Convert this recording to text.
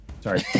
sorry